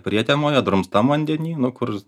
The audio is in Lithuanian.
prietemoje drumstam vandenyj nu kur